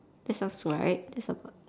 that sounds alright